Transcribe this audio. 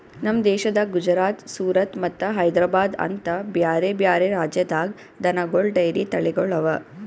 ನಮ್ ದೇಶದ ಗುಜರಾತ್, ಸೂರತ್ ಮತ್ತ ಹೈದ್ರಾಬಾದ್ ಅಂತ ಬ್ಯಾರೆ ಬ್ಯಾರೆ ರಾಜ್ಯದಾಗ್ ದನಗೋಳ್ ಡೈರಿ ತಳಿಗೊಳ್ ಅವಾ